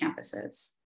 campuses